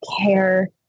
care